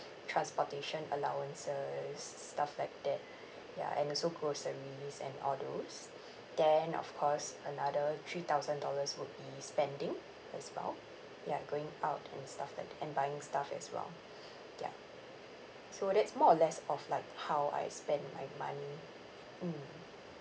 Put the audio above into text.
transportation allowances s~ s~ stuff like that ya and also groceries and all those then of course another three thousand dollars would be spending as well ya going out and stuff like and buying stuff as well ya so that's more or less of like how I spend my money mm